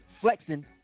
flexing